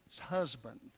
husband